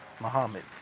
Muhammad